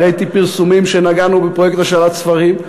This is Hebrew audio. אני ראיתי פרסומים שנגענו בפרויקט השאלת ספרים.